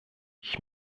ich